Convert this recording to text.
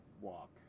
walk